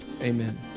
Amen